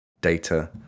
data